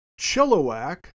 Chilliwack